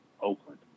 Oakland